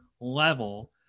level